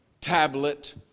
tablet